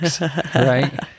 right